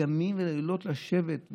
ימים ולילות לשבת,